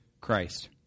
Christ